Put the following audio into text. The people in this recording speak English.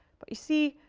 but you see,